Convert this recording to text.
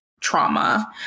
trauma